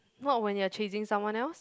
not when you are chasing someone else